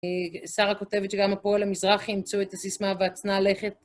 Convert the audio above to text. שרה כותבת שגם הפועל המזרחי אימצו את הסיסמה והצנע לכת.